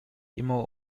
immer